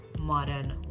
modern